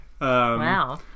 Wow